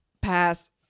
Pass